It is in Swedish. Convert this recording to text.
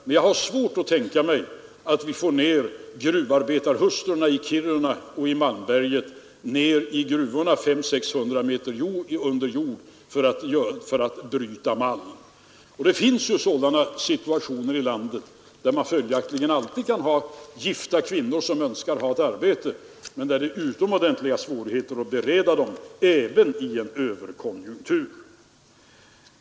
Men jag har svårt att tänka mig att vi kan få gruvarbetarhustrurna i Kiruna och Malmberget ned i gruvorna 300-600 meter under jord för att bryta malm. Det förekommer följaktligen sådana situationer i landet att det alltid finns gifta kvinnor som önskar arbete, men där det innebär utomordentliga svårigheter att bereda dem arbete — även i en överkonjunktur.